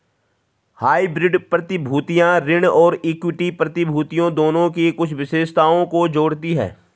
hybrid प्रतिभूतियां ऋण और इक्विटी प्रतिभूतियों दोनों की कुछ विशेषताओं को जोड़ती हैं